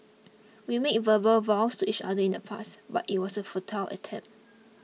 we made verbal vows to each other in the past but it was a futile attempt